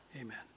Amen